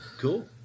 Cool